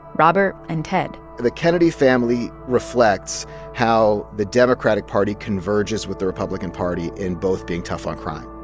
robert and ted. the kennedy family reflects how the democratic party converges with the republican party in both being tough on crime.